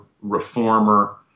reformer